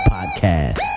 Podcast